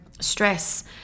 stress